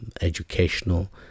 educational